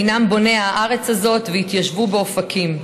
הינם בוני הארץ הזאת והתיישבו באופקים.